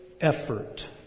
effort